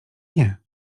nie